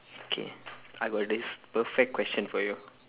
okay I got this perfect question for you